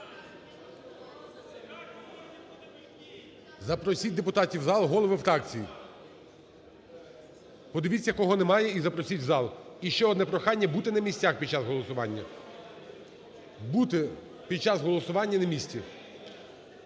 Запросіть депутатів в зал, голови фракцій. Подивіться, кого немає, і запросіть в зал. Іще одне прохання: бути на місцях під час голосування. Бути під час голосування на місці.